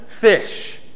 fish